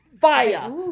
fire